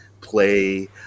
play